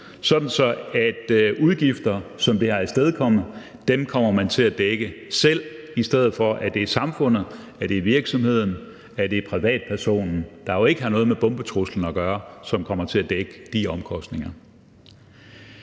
dække de udgifter, som det har afstedkommet, i stedet for at det er samfundet, virksomheden eller privatperson, der jo ikke har noget med bombetruslerne at gøre, som kommer til at dække de omkostninger.